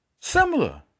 Similar